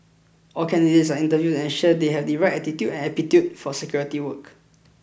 all candidates are interviewed to ensure they have the right attitude aptitude for security work